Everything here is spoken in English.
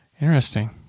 interesting